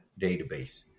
database